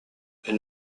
elles